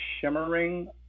shimmering